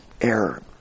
error